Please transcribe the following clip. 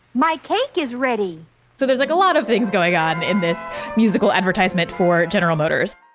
my cake is ready so there's like a lot of things going on in this musical advertisement for general motors.